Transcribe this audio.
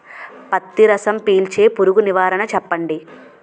పత్తి రసం పీల్చే పురుగు నివారణ చెప్పండి?